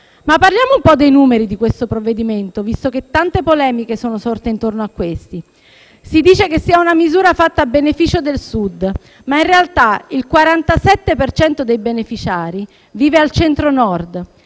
Ma parliamo dei numeri di questo provvedimento, visto che tante polemiche sono sorte intorno a questi. Si dice che sia una misura fatta a beneficio del Sud, ma in realtà il 47 per cento dei beneficiari vive al Centro-Nord.